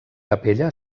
capella